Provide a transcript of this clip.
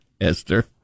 Esther